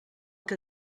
que